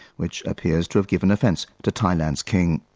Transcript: which appears to have given offence to thailand's king.